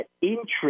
interest